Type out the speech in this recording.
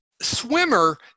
swimmer